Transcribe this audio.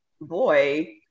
boy